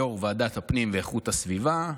יו"ר ועדת הפנים ואיכות הסביבה,